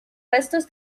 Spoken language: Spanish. restos